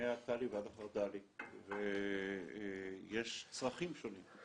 מהתל"י ועד החרד"לי, ויש צרכים שונים.